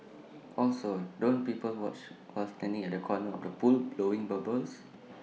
also don't people watch while standing at the corner of the pool blowing bubbles